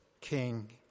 king